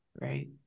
Right